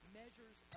measures